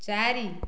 ଚାରି